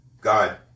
God